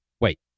Wait